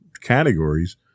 categories